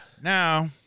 now